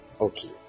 Okay